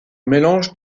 mélange